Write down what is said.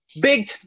big